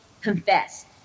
confess